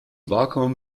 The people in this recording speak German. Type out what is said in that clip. vakuum